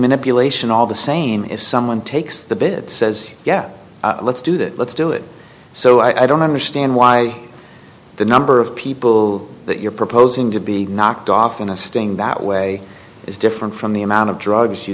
manipulation all the same if someone takes the bit says yeah let's do that let's do it so i don't understand why the number of people that you're proposing to be knocked off in a sting that way is different from the amount of drugs you